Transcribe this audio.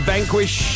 Vanquish